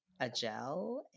Agel